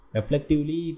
Reflectively